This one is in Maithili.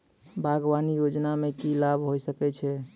बागवानी योजना मे की लाभ होय सके छै?